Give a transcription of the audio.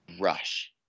rush